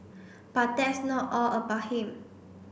but that's not all about him